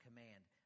command